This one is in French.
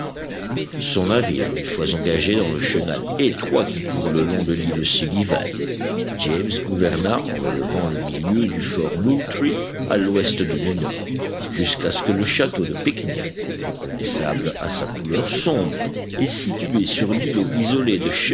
son navire une fois engagé dans le chenal étroit qui court le long de l'île sullivan james gouverna en relevant le milieu du fort moultrie à louest demi nord jusqu'à ce que le château de pickney reconnaissable à sa couleur sombre et situé sur l'îlot isolé de